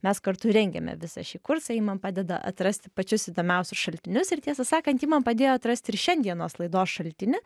mes kartu rengiame visą šį kursą ji man padeda atrasti pačius įdomiausius šaltinius ir tiesą sakant ji man padėjo atrasti ir šiandienos laidos šaltinį